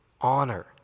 honor